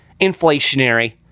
inflationary